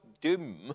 doom